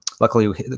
luckily